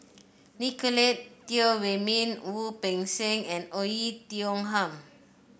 Nicolette Teo Wei Min Wu Peng Seng and Oei Tiong Ham